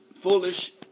foolish